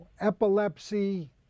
epilepsy